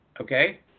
okay